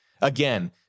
Again